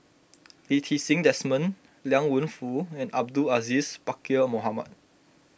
Lee Ti Seng Desmond Liang Wenfu and Abdul Aziz Pakkeer Mohamed